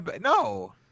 no